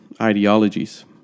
ideologies